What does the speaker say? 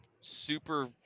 super